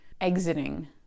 exiting